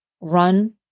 run